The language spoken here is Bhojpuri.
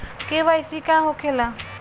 के.वाइ.सी का होखेला?